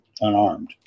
unarmed